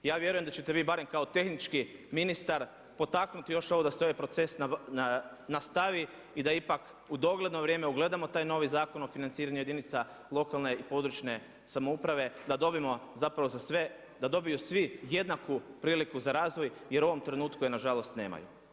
Ja vjerujem da ćete vi barem kao tehnički ministar potaknuti još ovo da se ovaj proces nastavi i da ipak u dogledno vrijeme ugledamo taj novi Zakon o financiranju jedinica lokalne i područne samouprave, da dobijemo zapravo za sve, da dobiju svi jednaku priliku za razvoj jer u ovom trenutku je nažalost nemaju.